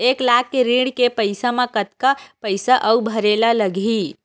एक लाख के ऋण के पईसा म कतका पईसा आऊ भरे ला लगही?